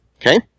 Okay